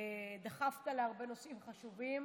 דחפת להרבה נושאים חשובים,